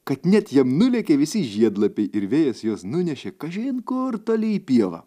kad net jam nulėkė visi žiedlapiai ir vėjas juos nunešė kažin kur toli į pievą